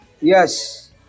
Yes